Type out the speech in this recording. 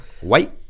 white